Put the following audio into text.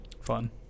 fun